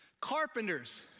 Carpenters